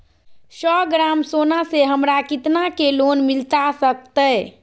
सौ ग्राम सोना से हमरा कितना के लोन मिलता सकतैय?